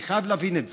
אני חייב להבין את זה.